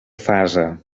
fase